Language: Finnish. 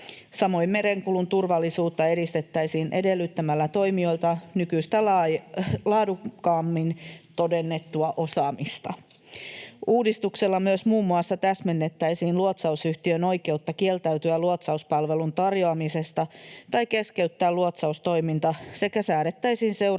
Samoin merenkulun turvallisuutta edistettäisiin edellyttämällä toimijoilta nykyistä laadukkaammin todennettua osaamista. Uudistuksella myös muun muassa täsmennettäisiin luotsausyhtiön oikeutta kieltäytyä luotsauspalvelun tarjoamisesta tai keskeyttää luotsaustoiminta sekä säädettäisiin